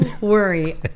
worry